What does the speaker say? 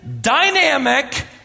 dynamic